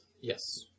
Yes